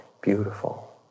beautiful